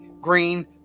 green